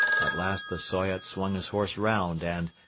at last the soyot swung his horse round and,